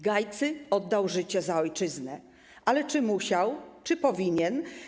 Gajcy oddał życie za ojczyznę, ale czy musiał, czy powinien?